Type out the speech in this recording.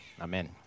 Amen